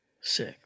Sick